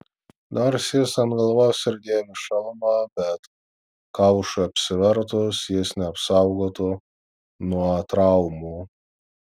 nors jis ant galvos ir dėvi šalmą bet kaušui apsivertus jis neapsaugotų nuo traumų